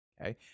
Okay